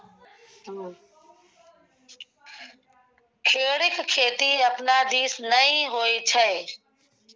खेढ़ीक खेती अपना दिस नै होए छै